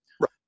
Right